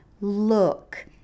Look